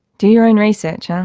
do your own research. yeah